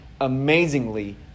amazingly